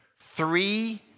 three